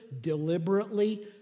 deliberately